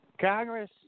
Congress